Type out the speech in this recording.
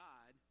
God